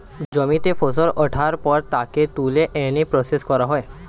জমিতে ফসল ওঠার পর তাকে তুলে এনে প্রসেস করা হয়